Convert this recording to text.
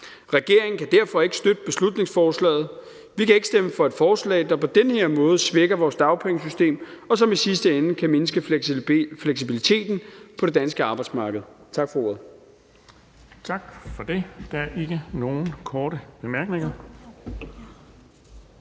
Regeringen kan derfor ikke støtte beslutningsforslaget. Vi kan ikke stemme for et forslag, der på den her måde svækker vores dagpengesystem, og som i sidste ende kan svække fleksibiliteten på det danske arbejdsmarked.